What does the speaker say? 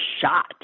shot